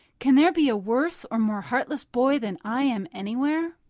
can there be a worse or more heartless boy than i am anywhere?